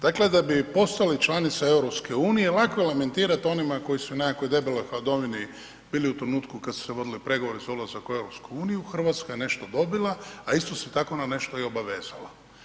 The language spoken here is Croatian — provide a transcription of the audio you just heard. Dakle da bi postali članica EU lako je lamentirat onima koji su u nekakvoj debeloj hladovini bili u trenutku kada su se vodili pregovori za ulazak u EU, Hrvatska je nešto dobila, a isto se tako na nešto i obavezala.